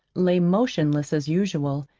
lay motionless as usual,